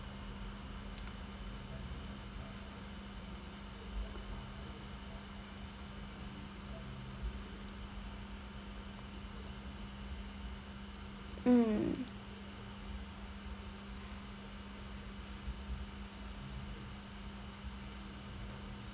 mm